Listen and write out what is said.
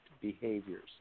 behaviors